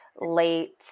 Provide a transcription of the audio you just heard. late